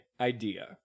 idea